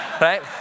right